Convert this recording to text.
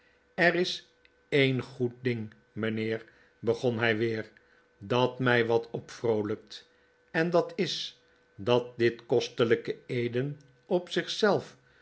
er is een goed ding mijnheer begon hij weer dat mij wat opvroolijkt en dat is dat dit kostelijke eden op